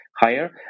higher